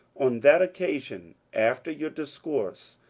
on that occasion, after your discourse,